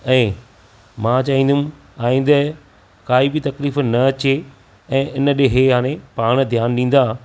ऐं मां चाहींदुमि आईंदे काई बि तकलीफ़ न अचे ऐं इन ॾे हे हाणे पाण ध्यान ॾींदा